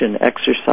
exercise